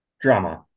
Drama